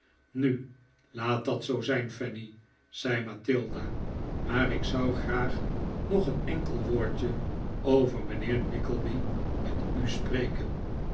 nu laat dat zoo zijn fanny zei mathilda maar ik zou graag nog een enkel woordje over mijnheer nickleby met u spreken